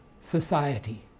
society